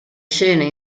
scene